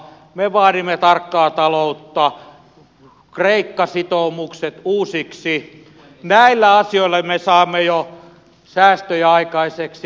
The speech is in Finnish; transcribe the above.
me vaadimme tarkkaa taloutta kreikka sitoumukset uusiksi näillä asioilla me saamme jo säästöjä aikaiseksi kehitysyhteistyöremonttia